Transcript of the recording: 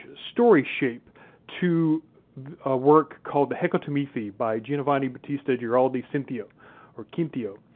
story shape to a work called the hecatommithi by giovanni battista giraldi cinthio or cinthio